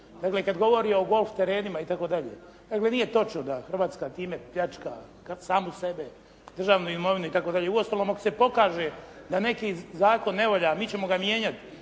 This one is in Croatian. kad govori o golf terenima i tako dalje. Dakle, nije točno da Hrvatska time pljačka samu sebe, državnu imovinu i tako dalje. Uostalom ako se pokaže da neki zakon ne valja, mi ćemo ga mijenjati